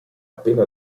appena